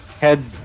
head